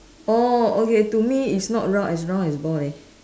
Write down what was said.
oh okay to me it's not round as round as ball leh